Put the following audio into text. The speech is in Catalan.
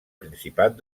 principat